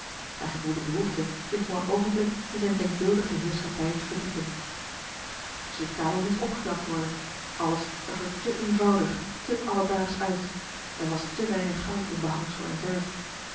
hij gevoelde behoefte zich voor een oogenblik in zijn denkbeeldige heerschappij te verdiepen de zitkamer moest opgeknapt worden alles zag er te eenvoudig te alledaagsch uit er was te weinig goud in behangsel en verf